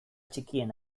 txikien